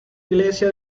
iglesia